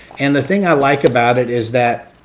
and the thing i like about it is that